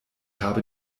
habe